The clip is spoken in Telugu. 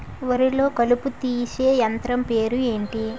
వరి లొ కలుపు తీసే యంత్రం పేరు ఎంటి?